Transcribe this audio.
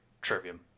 Trivium